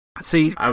See